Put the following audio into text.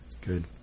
Good